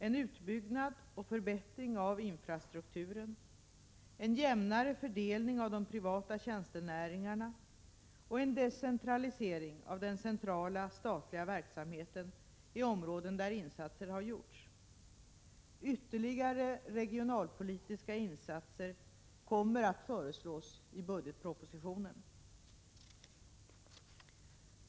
En utbyggnad och förbättring av infrastrukturen, en jämnare fördelning av de privata tjänstenäringarna och en decentralisering av den centrala statliga verksamheten är områden där insatser har gjorts. Ytterligare regionalpolitiska insatser kommer att föreslås i budgetpropositionen.